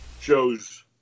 shows